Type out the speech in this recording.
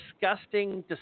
disgusting